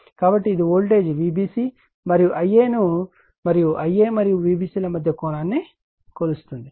కాబట్టి ఇది voltage Vbc మరియు Ia ను మరియు Ia మరియు Vbc ల మధ్య కోణాన్ని కొలుస్తుంది